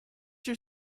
your